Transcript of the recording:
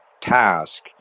task